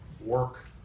work